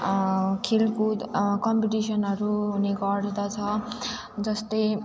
खेलकुद कम्पिटिसनहरू हुने गर्दछ जस्तै